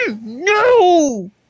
No